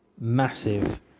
massive